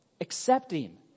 accepting